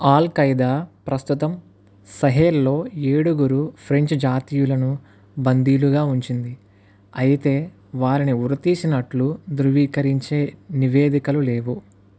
all Qaeda ప్రస్తుతం సహెల్లో ఏడుగురు ఫ్రెంచ్ జాతీయులను బందీలుగా ఉంచింది అయితే వారిని ఉరితీసినట్లు ధృవీకరించే నివేదికలు లేవు